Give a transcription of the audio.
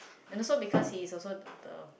and also because he is also the the